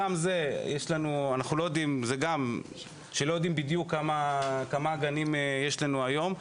אנחנו לא יודעים כמה גנים יש לנו היום,